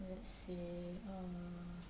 let's say err